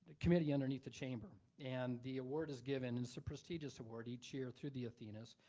ah community underneath the chamber. and the award is given, it's a prestigious award, each year through the athenas,